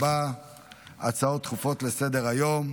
תוצאות ההצבעה: